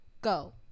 go